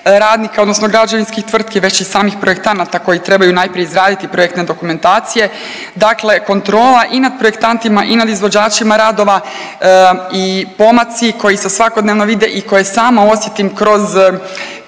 radnika, odnosno građevinskih tvrtki već i samih projektanata koji trebaju najprije izraditi projektne dokumentacije. Dakle, kontrola i nad projektantima i nad izvođačima radova i pomaci koji se svakodnevno vide i koje sama osjetim kroz